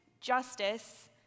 justice